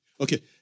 Okay